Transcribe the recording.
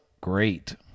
great